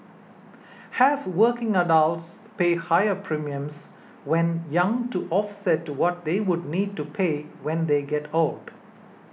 have working adults pay higher premiums when young to offset what they would need to pay when they get old